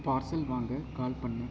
parcel வாங்க call பண்ணு